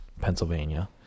Pennsylvania